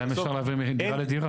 כסף שלא ייכנס ממכירת בתים,